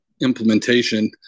implementation